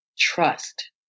Trust